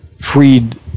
freed